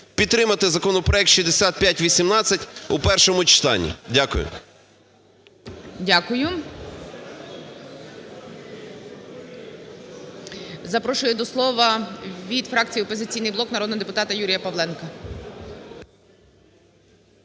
підтримати законопроект 6518 у першому читанні. Дякую. ГОЛОВУЮЧИЙ. Дякую. Запрошую до слова від фракції "Опозиційний блок" народного депутата Юрія Павленка.